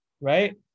right